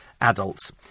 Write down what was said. adults